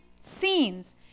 scenes